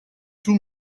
tout